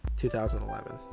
2011